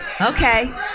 Okay